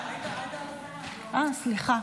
סליחה.